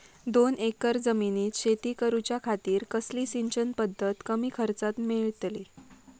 दोन एकर जमिनीत शेती करूच्या खातीर कसली सिंचन पध्दत कमी खर्चात मेलतली?